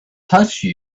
touched